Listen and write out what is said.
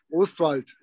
Ostwald